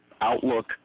Outlook